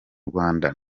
rwanda